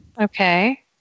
Okay